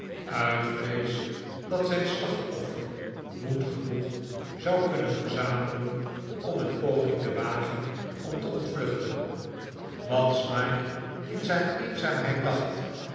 uit vreefc dat zijn slachtoffer moed genoeg zou kunnen verzamelen om een poging te wagen om te ontvluchten wat smike in zijn eenzaamheid dacht